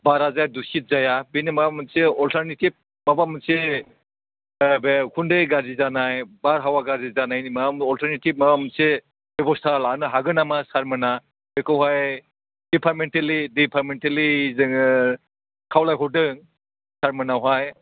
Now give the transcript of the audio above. बाराद्राय दुसिद जाया बेनि माबा मोनसे अलटारनेभिब माबा मोनसे बे उखुन्दै गाज्रि जानाय बारहावा गाज्रि जानायनि मा अलटारनेटिभ माबा मोनसे बेबस्था लानो हागोन नामा सारमोना बेखौहाय डिफारमेन्टलि डिफारमेन्टेलि जोङो खावलायहरदों सारमोननावहाय